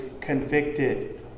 convicted